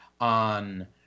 on